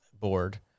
board